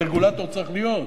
ורגולטור צריך להיות,